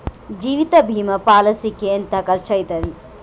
జీవిత బీమా పాలసీకి ఎంత ఖర్చయితది?